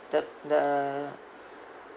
the p~ the